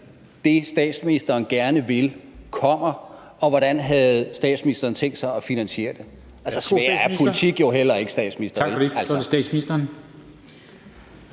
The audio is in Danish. det, statsministeren gerne vil, kommer, og hvordan statsministeren havde tænkt sig at finansiere det. Svære er politik jo heller ikke, statsminister.